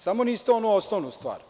Samo niste onu osnovnu stvar.